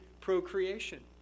procreation